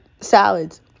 salads